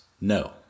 no